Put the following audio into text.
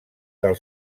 del